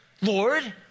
Lord